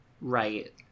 right